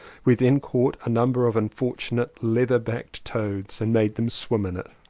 we then caught a number of unfortunate leather backed toads and made them swim in it.